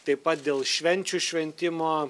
taip pat dėl švenčių šventimo